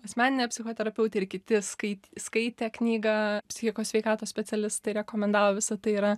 asmeninė psichoterapeutė ir kiti skai skaitė knygą psichikos sveikatos specialistai rekomendavo visa tai yra